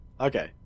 Okay